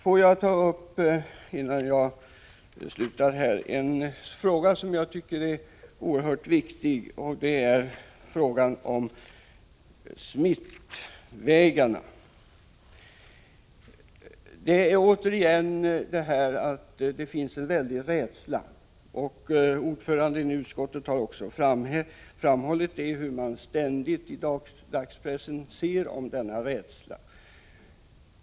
Får jag innan jag slutar ta upp en fråga som jag tycker är mycket viktig, nämligen frågan om smittvägarna. Vi möter här en väldig rädsla. Utskottsordföranden har ju också påpekat att dagspressen ständigt redovisar uttryck för denna rädsla.